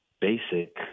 basic